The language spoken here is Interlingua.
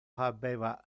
habeva